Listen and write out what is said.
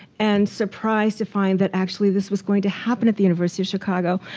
and surprised to find that, actually, this was going to happen at the university of chicago.